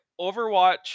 Overwatch